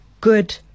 good